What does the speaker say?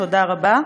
תודה רבה.